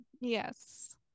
Yes